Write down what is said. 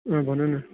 भन न